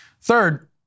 Third